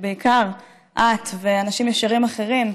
ובעיקר את ואנשים ישרים אחרים,